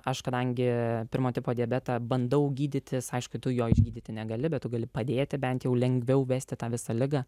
aš kadangi pirmo tipo diabetą bandau gydytis aišku tu jo išgydyti negali bet tu gali padėti bent jau lengviau vesti tą visą ligą